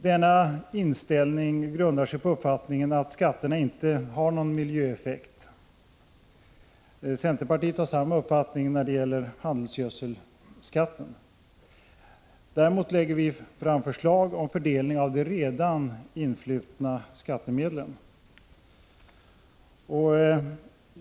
Vår inställning grundar sig på uppfattningen att skatterna inte har någon miljöeffekt. Centerpartiet har samma mening när det gäller handelsgödselskatten. Däremot lägger vi fram förslag om fördelning av de redan influtna skattemedlen.